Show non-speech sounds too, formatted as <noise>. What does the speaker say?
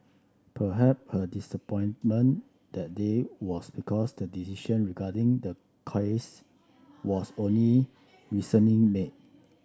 <unintelligible> her disappointment that day was because the decision regarding the case was only recently made